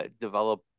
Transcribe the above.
develop